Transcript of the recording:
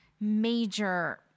major